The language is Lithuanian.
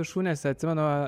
viršūnėse atsimenu